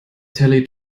telly